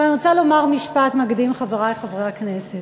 אני רוצה לומר משפט מקדים, חברי חברי הכנסת.